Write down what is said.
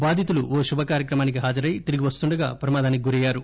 బాధితులు ఓ కార్యక్రమానికి హాజరై తిరిగి వస్తుండగా ప్రమాదానికి గురయ్యారు